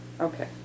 Okay